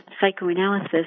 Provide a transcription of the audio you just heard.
psychoanalysis